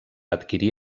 adquirir